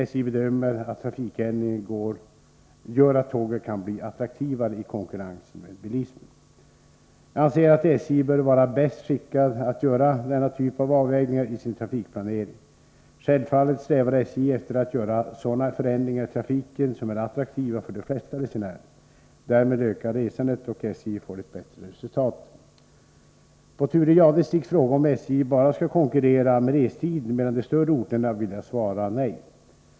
SJ bedömer att trafikändringen gör att tåget kan bli attraktivare i konkurrensen med bilismen. Jag anser att SJ bör vara bäst skickad att göra denna typ av avvägningar i sin trafikplanering. Självfallet strävar SJ efter att göra sådana förändringar i trafiken som är attraktiva för de flesta resenärer. Därmed ökar resandet, och SJ får ett bättre resultat. På Thure Jadestigs fråga om SJ bara skall konkurrera med restiden mellan de större orterna vill jag svara nej.